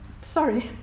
sorry